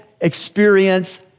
experience